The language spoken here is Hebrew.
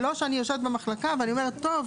זה לא שאני יושבת במחלקה ואני אומרת: טוב,